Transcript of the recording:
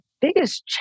biggest